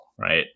right